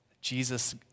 Jesus